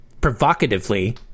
provocatively